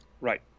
Right